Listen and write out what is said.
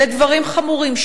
אלה דברים חמורים.